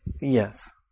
Yes